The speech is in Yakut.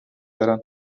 баран